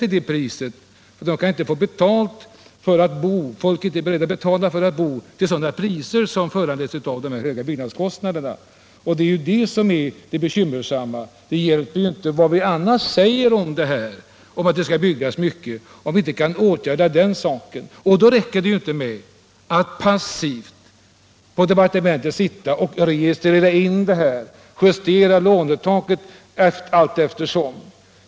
Folk är inte beredda att betala de höga priser som föranletts av de stora byggnadskostnaderna. Det är det som är bekymmersamt. Om vi inte kan göra någonting åt det här problemet, hjälper det inte att vi säger att det skall byggas mera. Det räcker inte med att på departementet passivt sitta och registrera utvecklingen och justera lånetaket då och då.